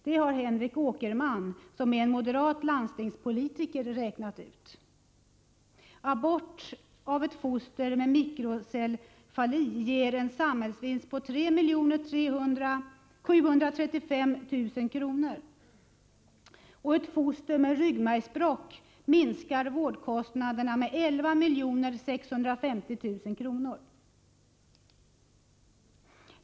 Det har Henrik Åkerman, moderat landstingspolitiker, räknat ut. Abort av ett foster med mikrocefali ger en vinst för samhället på 3 735 000 kr. Abort av ett foster med ryggmärgsbråck minskar vårdkostnaderna med 11 650 000 kr.